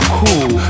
cool